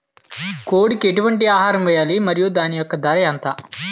కోడి కి ఎటువంటి ఆహారం వేయాలి? మరియు దాని యెక్క ధర ఎంత?